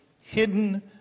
hidden